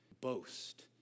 boast